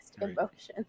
emotions